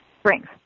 strength